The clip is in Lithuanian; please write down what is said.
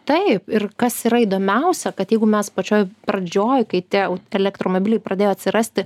taip ir kas yra įdomiausia kad jeigu mes pačioj pradžioj kai tie elektromobiliai pradėjo atsirasti